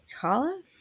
kala